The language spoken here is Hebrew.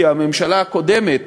כי הממשלה הקודמת